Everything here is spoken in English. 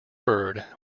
bird